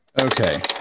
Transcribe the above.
Okay